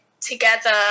together